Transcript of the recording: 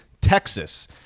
Texas